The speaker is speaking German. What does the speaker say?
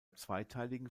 zweiteiligen